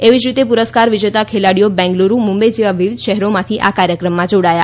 એવી જ રીતે પુરસ્કાર વિજેતા ખેલાડીઓ બેંગલુરૂ મુંબઇ જેવા વિવિધ શહેરોમાંથી આ કાર્યક્રમમાં જોડાયા